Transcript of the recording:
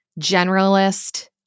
generalist